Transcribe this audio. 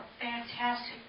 fantastic